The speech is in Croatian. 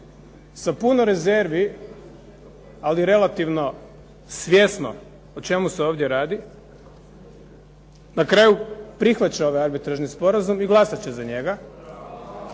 sa puno rezervi, ali relativno svjesno o čemu se ovdje radi, na kraju prihvaća ovaj Arbitražni sporazum i glasat će za njega.